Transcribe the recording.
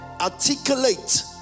articulate